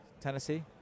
tennessee